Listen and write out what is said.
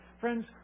Friends